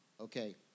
Okay